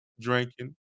drinking